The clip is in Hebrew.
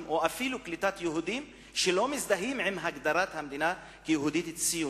או אפילו קליטת יהודים שלא מזדהים עם הגדרת המדינה כיהודית-ציונית.